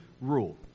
rule